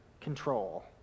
control